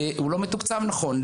הוא לא מתוקצב נכון.